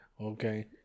Okay